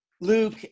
Luke